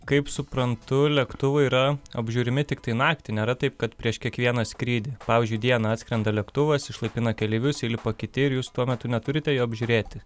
kaip suprantu lėktuvai yra apžiūrimi tiktai naktį nėra taip kad prieš kiekvieną skrydį pavyzdžiui dieną atskrenda lėktuvas išlaipina keleivius įlipa kiti ir jūs tuo metu neturite jo apžiūrėti